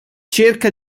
cerca